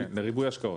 לריבוי השקעות.